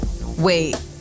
Wait